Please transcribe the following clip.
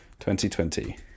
2020